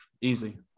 Easy